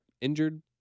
injured